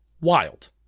Wild